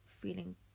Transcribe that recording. feeling